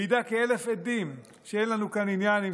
מעיד כאלף עדים שאין לנו כאן עניין עם